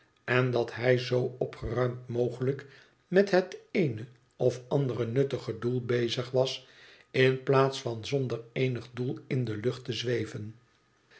en dat hij zoo opgeruimd mogelijk met het eene of andere nuttige doel bezig was in plaats van zonder eenig doel in de lucht te zweven